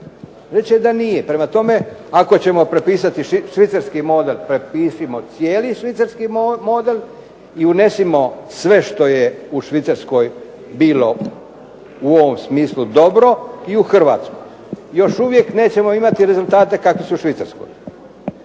će da nije. Prema tome, ako ćemo prepisati švicarski model, prepišimo cijeli švicarski model i unesimo sve što je u Švicarskoj bilo u ovom smislu dobro i u Hrvatsku. Još uvijek nećemo imati rezultate kakvi su u Švicarskoj.